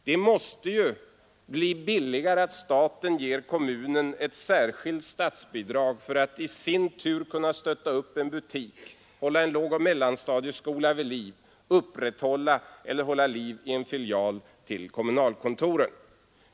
Det måste ju bli billigare att staten ger kommunen ett särskilt statsbidrag för att kommunen i sin tur skall kunna stötta upp en butik, hålla lågoch mellanstadieskola vid liv, hålla liv i en filial till kommunalkontoret.